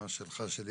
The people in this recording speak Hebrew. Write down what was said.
מה ששלך שלי,